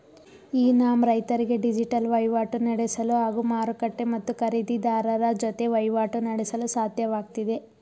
E NAM ರೈತರಿಗೆ digital ವಹಿವಾಟು ನಡೆಸಲು ಹಾಗೂ ಮಾರುಕಟ್ಟೆ ಮತ್ತು ಖರೀದಿರಾರರ ಜೊತೆ ವಹಿವಾಟು ನಡೆಸಲು ಸಾಧ್ಯವಾಗ್ತಿದೆ